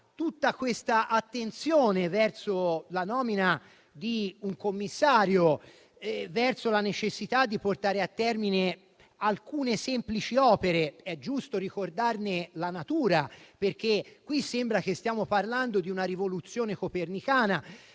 tutta l'attenzione verso la nomina di un commissario e verso la necessità di portare a termine alcune semplici opere. È giusto ricordarne la natura, perché qui sembra che stiamo parlando di una rivoluzione copernicana,